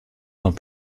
dans